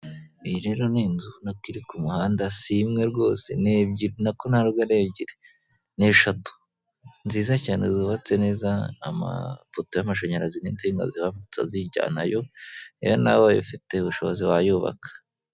Ubwishingizwe buzwi nka buritamu baragufasha n'igihe imodoka yabo yagize ikibazo kuburyo itabasha kuva aho iri babishyura na baragideni iza kuyihakura hitamo beretamu inshuti y'ibihe byose.